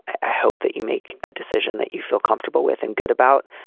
i hope that you make a decision that you feel comfortable with and good about.